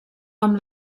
amb